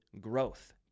growth